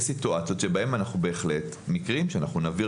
יש סיטואציות ומקרים שאנחנו בהחלט נעביר